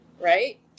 right